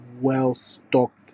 well-stocked